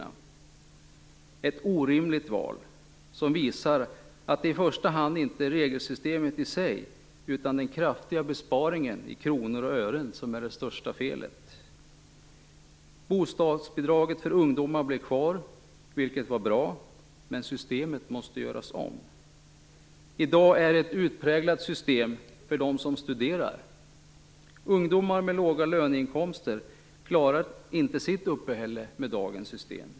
Det är ett orimligt val som visar att det i första hand inte är regelsystemet i sig utan den kraftiga besparingen i kronor och ören som är det största felet. Bostadsbidraget för ungdomar blev kvar, vilket var bra. Men systemet måste göras om. I dag är det ett utpräglat system för dem som studerar. Ungdomar med låga löneinkomster klarar inte sitt uppehälle med dagens system.